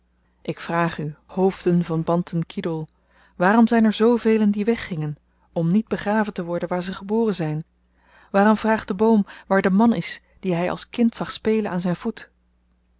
ik vraag u hoofden van bantan kidoel waarom zyn er zoovelen die weggingen om niet begraven te worden waar ze geboren zyn waarom vraagt de boom waar de man is dien hy als kind zag spelen aan zyn voet